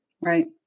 Right